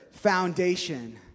foundation